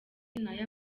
nayo